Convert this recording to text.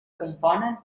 componen